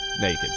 naked